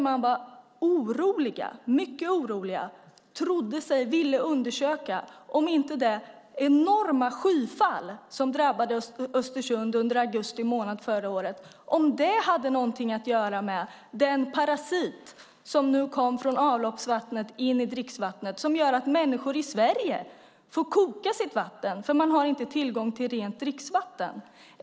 Man var mycket orolig och ville undersöka om inte det enorma skyfall som drabbade Östersund under augusti månad förra året hade någonting att göra med den parasit som kom från avloppsvattnet in i dricksvattnet och som gjort att människor i Sverige får koka sitt vatten för att de inte har tillgång till rent dricksvatten.